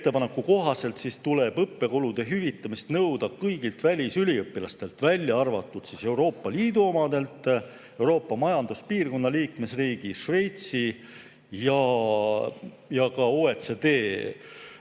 ettepaneku kohaselt tuleb õppekulude hüvitamist nõuda kõigilt välisüliõpilastelt, välja arvatud Euroopa Liidu riigi kodanikelt, Euroopa Majanduspiirkonna liikmesriigi, Šveitsi ja ka OECD